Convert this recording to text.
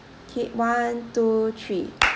K one two three